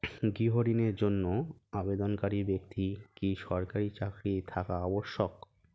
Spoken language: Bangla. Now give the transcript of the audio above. গৃহ ঋণের জন্য আবেদনকারী ব্যক্তি কি সরকারি চাকরি থাকা আবশ্যক?